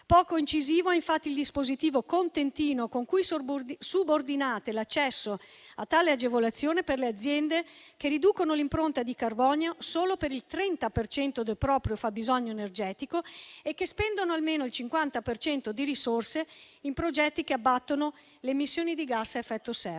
Poco incisivo è infatti il dispositivo-contentino con cui subordinate l'accesso a tale agevolazione per le aziende che riducono l'impronta di carbonio solo per il 30 per cento del proprio fabbisogno energetico e che spendono almeno il 50 per cento di risorse in progetti che abbattono le emissioni di gas a effetto serra.